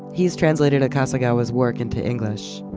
he's translated akasegawa's work into english.